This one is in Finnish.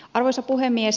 arvoisa puhemies